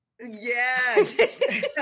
Yes